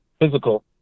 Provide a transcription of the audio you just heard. physical